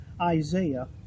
Isaiah